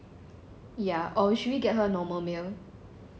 ya or should we get her normal meal